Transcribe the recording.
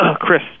Chris